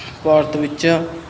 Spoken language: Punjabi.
ਭਾਰਤ ਵਿੱਚ